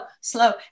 slow